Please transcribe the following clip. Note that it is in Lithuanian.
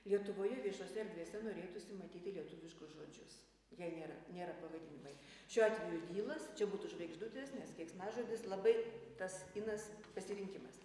lietuvoje viešose erdvėse norėtųsi matyti lietuviškus žodžius jei nėra nėra pavadinimai šiuo atveju dylas čia būtų žvaigždutės nes keiksmažodis labai tas inas pasirinkimas